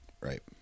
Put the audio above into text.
Right